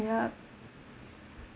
yup